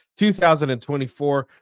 2024